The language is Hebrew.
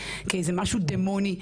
כאיזה משהו דמוני,